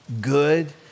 good